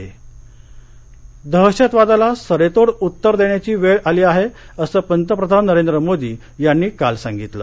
मोदी दहशतवादाला सडेतोड उत्तर देण्याची वेळ आली आहे असं पंतप्रधान नरेंद्र मोदी यांनी काल सांगितलं